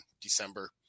December